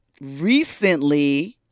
recently